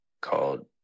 called